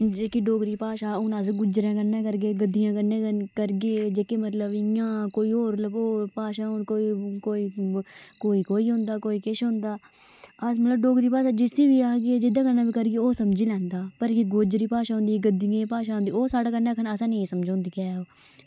जेह्की डोगरी भाशा हून अस गुज्जरें कन्नै करगे गद्दियें कन्नै करगे जेह्के मतलब इं'या कोई होर लब्भग भाशा हून कोई हून कोई कोई कोई होंदा कोई किश होंदा अस मतलब डोगरी भाशा जिस्सी बी आखगे जेह्दे कन्नै बी करगे ओह् समझी लैंदा जेह्की गोजरी भाशा होंदी गद्दियें दी भाशा होंदी ओह् साढ़े कन्नै आक्खन ओह् नेईं समझोंदी ऐ